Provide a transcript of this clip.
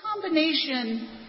combination